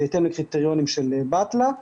בהתאם לקריטריונים של בטל"א.